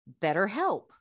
BetterHelp